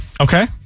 Okay